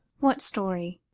what story?